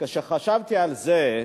כשחשבתי על זה,